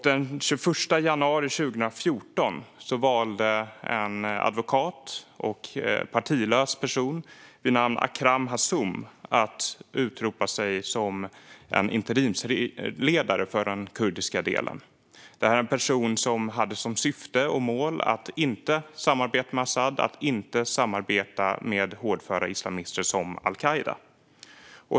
Den 21 januari 2014 valde en advokat och partilös person vid namn Akram Hossum att utropa sig som interimsledare för den kurdiska delen. Det är en person som hade som syfte och mål att inte samarbeta med al-Asad och hårdföra islamister som al-Qaida.